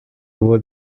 over